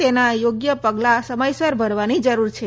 તેનાં યોગ્ય પગલાં સમયસર ભરવાની જરૂર છે